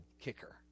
kicker